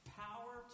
power